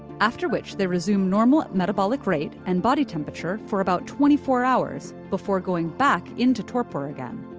after which they resume normal metabolic rate and body temperature for about twenty four hours, before going back into torpor again.